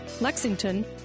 lexington